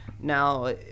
now